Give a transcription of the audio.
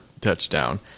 touchdown